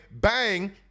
Bang